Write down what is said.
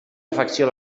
afecció